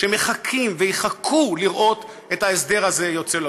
שמחכים ויחכו לראות את ההסדר הזה יוצא לפועל,